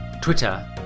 Twitter